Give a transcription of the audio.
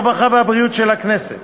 הרווחה והבריאות של הכנסת.